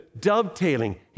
dovetailing